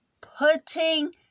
putting